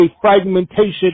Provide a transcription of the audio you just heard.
fragmentation